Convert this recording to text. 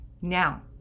Now